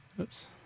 Oops